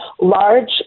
large